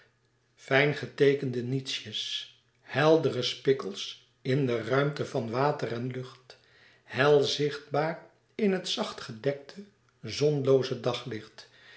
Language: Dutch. fijn geteekende nietsjes heldere spikkels in de ruimte van water en lucht hel zichtbaar in het zacht gedekte zonlooze daglicht